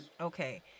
Okay